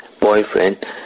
boyfriend